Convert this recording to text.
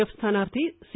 F സ്ഥാനാർത്ഥി C